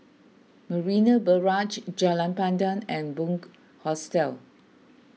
Marina Barrage Jalan Pandan and Bunc Hostel